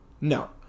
No